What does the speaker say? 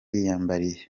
yiyambariye